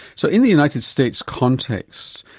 so in the united states context,